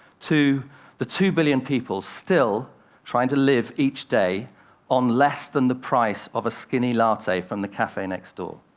to the two billion people still trying to live each day on less than the price of a skinny latte from the cafe next door.